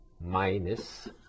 minus